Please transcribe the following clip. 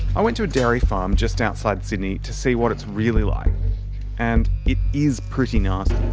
i went to a dairy farm just outside sydney to see what it's really like and it is pretty nasty.